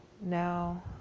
now